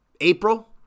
April